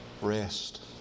Rest